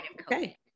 okay